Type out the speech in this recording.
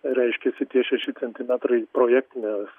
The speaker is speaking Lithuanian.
reiškiasi tie šeši centimetrai projektinės